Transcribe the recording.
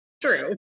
True